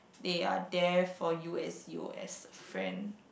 they are there for you as you as a friend